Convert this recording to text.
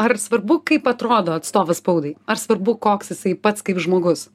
ar svarbu kaip atrodo atstovas spaudai ar svarbu koks jisai pats kaip žmogus